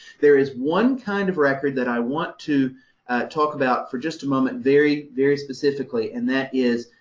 there is one kind of record that i want to talk about for just a moment, very, very specifically and that is